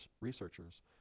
researchers